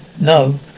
No